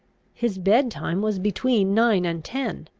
his bed-time was between nine and ten.